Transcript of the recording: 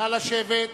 נא לשבת,